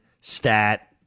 stat